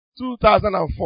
2004